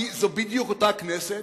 כי זו בדיוק אותה כנסת